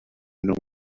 known